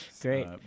Great